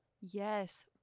yes